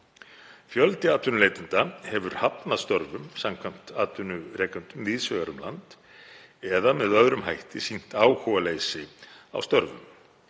Fjöldi atvinnuleitenda hefur hafnað störfum samkvæmt atvinnurekendum víðs vegar um land eða með öðrum hætti sýnt áhugaleysi á störfum.